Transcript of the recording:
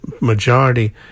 majority